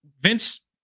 Vince